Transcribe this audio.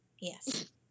Yes